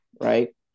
Right